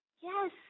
yes